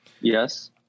Yes